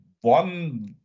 one